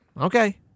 okay